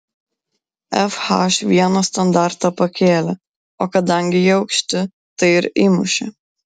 fh vieną standartą pakėlė o kadangi jie aukšti tai ir įmušė